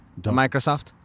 microsoft